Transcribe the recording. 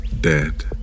dead